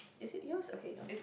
is it yours okay yours